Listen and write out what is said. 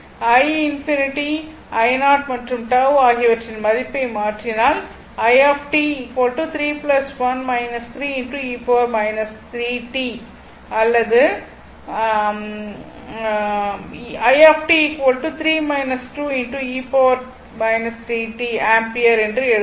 i∞ i0 மற்றும் τ ஆகியவற்றின் மதிப்பை மாற்றினால்அல்லது வெறுமனே ஆம்பியர் என்று எழுதலாம்